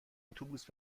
اتوبوس